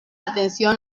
atención